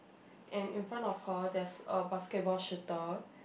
and in front of her there's a basketball shooter